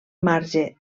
marge